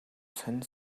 сонин